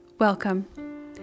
Welcome